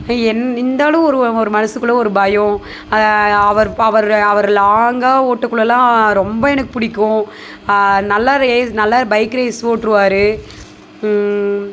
என் இருந்தாலும் ஒரு ஒரு மனசுக்குள்ள ஒரு பயம் அவர் அவர் அவர் லாங்காக ஓட்டக்குள்ளலாம் ரொம்ப எனக்கு பிடிக்கும் நல்லா ரேஸ் நல்லா பைக் ரேஸ் ஓட்டுவாரு